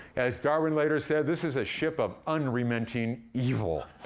as darwin later said, this is a ship of unremitting evil.